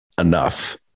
enough